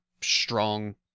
strong